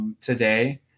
today